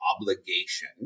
obligation